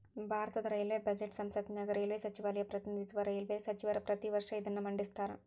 ಭಾರತದ ರೈಲ್ವೇ ಬಜೆಟ್ನ ಸಂಸತ್ತಿನ್ಯಾಗ ರೈಲ್ವೇ ಸಚಿವಾಲಯ ಪ್ರತಿನಿಧಿಸುವ ರೈಲ್ವೇ ಸಚಿವರ ಪ್ರತಿ ವರ್ಷ ಇದನ್ನ ಮಂಡಿಸ್ತಾರ